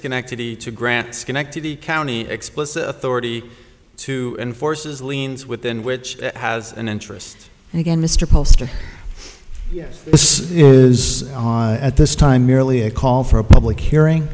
schenectady to grant schenectady county explicit authority to enforces liens within which has an interest and again mr poster yes this is at this time merely a call for a public hearing